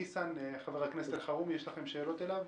ניסן, חבר הכנסת אלחרומי, יש לכם שאלות אליו?